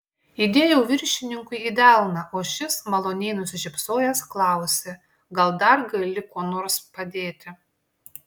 įdėjau viršininkui į delną o šis maloniai nusišypsojęs klausė gal dar gali kuo nors padėti